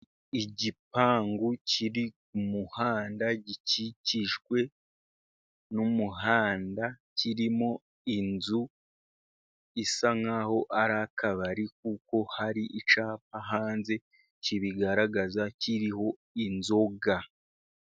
Igipangu kiri ku muhanda, gikikijwe n'umuhanda kirimo inzu isa nk'aho ari akabari, kuko hari icyapa hanze kibigaragaza kiriho inzoga.